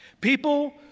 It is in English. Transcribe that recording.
People